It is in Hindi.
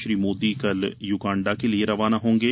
श्री मोदी कल युगांडा के लिए रवाना होंगे